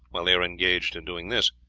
while they were engaged in doing this,